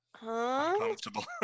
Uncomfortable